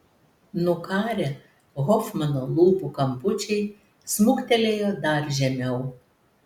nukarę hofmano lūpų kampučiai smuktelėjo dar žemiau